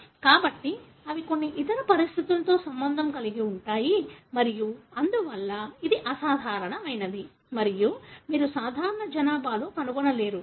కాబట్టి అవి కొన్ని ఇతర పరిస్థితులతో సంబంధం కలిగి ఉంటాయి మరియు అందువల్ల ఇది అసాధారణమైనది మరియు మీరు సాధారణ జనాభాలో కనుగొనలేరు